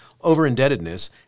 over-indebtedness